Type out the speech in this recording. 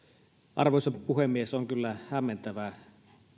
arvoisa puhemies on kyllä hämmentävää